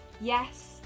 Yes